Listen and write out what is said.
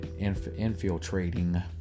infiltrating